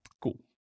Cool